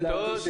לדעתי.